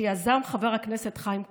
שיזם חבר הכנסת חיים כץ,